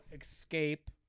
escape